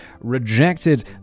rejected